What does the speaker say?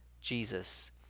Jesus